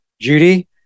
Judy